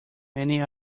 many